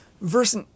Verse